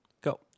go